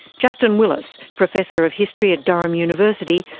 justin willis, professor of history at durham university,